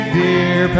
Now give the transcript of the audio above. dear